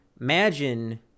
imagine